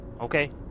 Okay